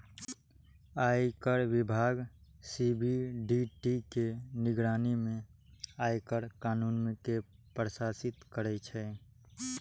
आयकर विभाग सी.बी.डी.टी के निगरानी मे आयकर कानून कें प्रशासित करै छै